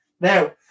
Now